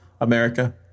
America